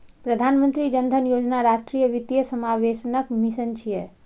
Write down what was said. प्रधानमंत्री जन धन योजना राष्ट्रीय वित्तीय समावेशनक मिशन छियै